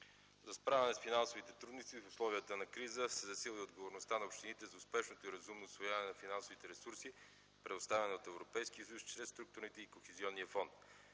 За справяне с финансовите трудности в условията на криза се засилва отговорността на общините за успешното и разумно усвояване на финансовите ресурси, предоставени от Европейския съюз чрез структурните и Кохизионния фонд.